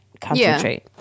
concentrate